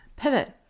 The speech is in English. pivot